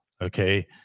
okay